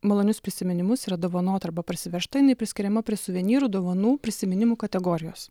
malonius prisiminimus yra dovanota arba parsivežta jinai priskiriama prie suvenyrų dovanų prisiminimų kategorijos